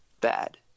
bad